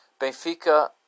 Benfica